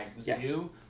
zoo